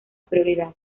prioridad